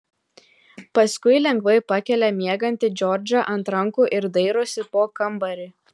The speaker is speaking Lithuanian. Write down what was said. paskui lengvai pakelia miegantį džordžą ant rankų ir dairosi po kambarį